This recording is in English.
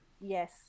Yes